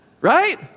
right